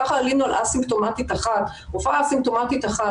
ככה עלינו על רופאה אסימפטומטית אחת,